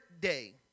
day